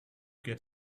get